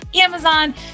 Amazon